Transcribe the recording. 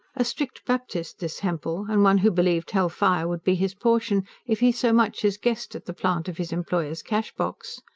a strict baptist this hempel, and one who believed hell-fire would be his portion if he so much as guessed at the plant of his employer's cash-box.